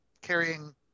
carrying